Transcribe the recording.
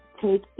take